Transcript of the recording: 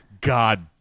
god